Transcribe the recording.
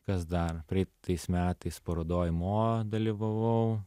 kas dar praeitais metais parodoj mo dalyvavau